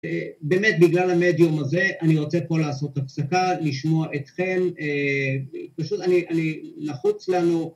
באמת בגלל המדיום הזה, אני רוצה פה לעשות הפסקה, לשמוע אתכם, פשוט אני... לחוץ לנו...